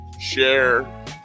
share